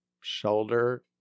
shoulder